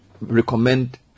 recommend